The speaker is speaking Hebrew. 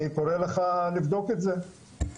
אני קורא לך לבדוק את זה,